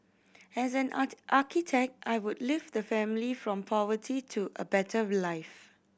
as an art architect I could lift the family from poverty to a better life